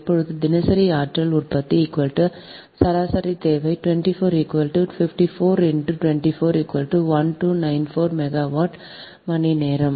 இப்போது தினசரி ஆற்றல் உற்பத்தி சராசரி தேவை 24 54 24 1296 மெகாவாட் மணிநேரம்